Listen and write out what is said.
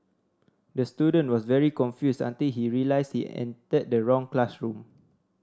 the student was very confused until he realised he entered the wrong classroom